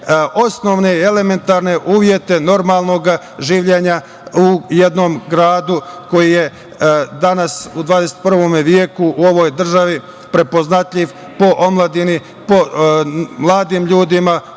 osnovne, elementarne uslove normalnog življenja u jednom gradu koji je danas u 21. veku u ovoj državi prepoznatljiv po omladini,